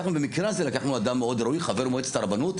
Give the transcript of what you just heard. במקרה הזה לקחנו אדם מאוד ראוי, חבר מועצת הרבנות,